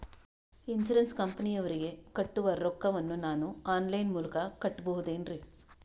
Insurance ಕಂಪನಿಯವರಿಗೆ ಕಟ್ಟುವ ರೊಕ್ಕ ವನ್ನು ನಾನು ಆನ್ ಲೈನ್ ಮೂಲಕ ಕಟ್ಟಬಹುದೇನ್ರಿ?